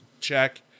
check